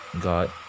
God